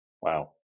Wow